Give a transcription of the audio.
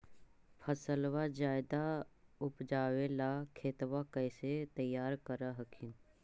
फसलबा ज्यादा उपजाबे ला खेतबा कैसे तैयार कर हखिन?